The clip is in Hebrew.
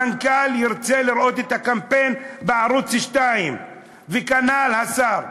המנכ"ל ירצה לראות את הקמפיין בערוץ 2 וכנ"ל השר.